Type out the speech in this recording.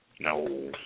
No